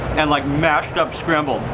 and like mashed up scrambled.